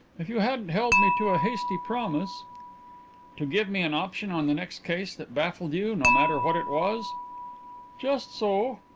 if you hadn't held me to a hasty promise to give me an option on the next case that baffled you, no matter what it was just so.